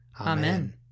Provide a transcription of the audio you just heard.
Amen